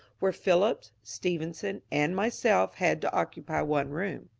where phillips, stephenson, and myself had to occupy one room.